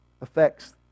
affects